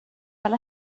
fel